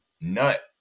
nut